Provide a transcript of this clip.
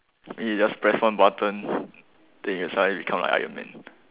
then you just press one button then you suddenly become like iron man